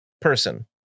person